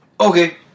Okay